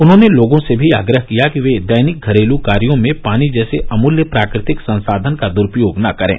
उन्होंने लोगों से भी आग्रह किया कि वे दैनिक घरेलू कार्यो में पानी जैसे अमूल्य प्राकृतिक संसाधन का दुरूपयोग न करें